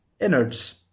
Innards